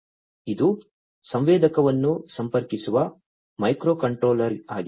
ಇದು ಸಂವೇದಕವನ್ನು ಸಂಪರ್ಕಿಸುವ ಮೈಕ್ರೋಕಂಟ್ರೋಲರ್ ಆಗಿದೆ